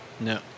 no